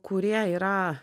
kurie yra